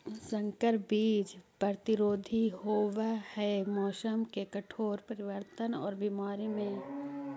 संकर बीज प्रतिरोधी होव हई मौसम के कठोर परिवर्तन और बीमारी में